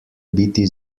biti